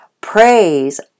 praise